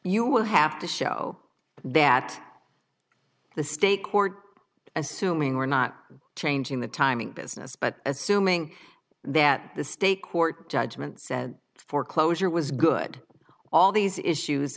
you will have to show that the state court assuming we're not changing the timing business but assuming that the state court judgment said foreclosure was good all these issues